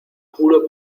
apuro